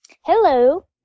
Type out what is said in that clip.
Hello